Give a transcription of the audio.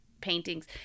paintings